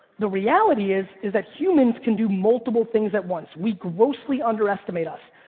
the reality is is that humans can do multiple things at once. we grossly underestimate us.